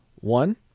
One